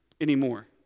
anymore